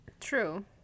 true